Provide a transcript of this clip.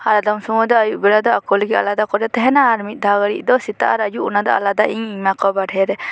ᱟᱫᱚᱢ ᱥᱚᱢᱚᱭ ᱫᱚ ᱟᱭᱩᱵ ᱵᱮᱲᱟ ᱫᱚ ᱟᱠᱚ ᱞᱟᱹᱜᱤᱫ ᱟᱞᱟᱫᱟ ᱠᱚᱨᱮ ᱛᱟᱦᱮᱱᱟ ᱟᱨ ᱢᱤᱫ ᱫᱷᱟᱣ ᱞᱟᱹᱜᱤᱫ ᱫᱚ ᱥᱮᱛᱟᱜ ᱟᱨ ᱟᱭᱩᱵ ᱚᱱᱟ ᱫᱚ ᱟᱞᱟᱫᱟ ᱤᱧ ᱮᱢᱟ ᱠᱚᱣᱟ ᱵᱟᱨᱦᱮ ᱨᱮ